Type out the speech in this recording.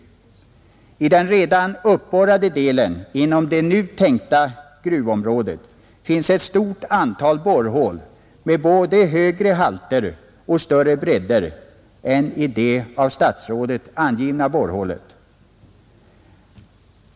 I den redan uppborrade delen inom det nu tänkta gruvområdet finns ett stort antal borrhål med både högre halter och större bredder än i det av statsrådet angivna borrhålet.